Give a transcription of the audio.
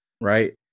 right